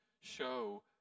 show